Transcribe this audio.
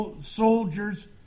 soldiers